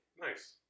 Nice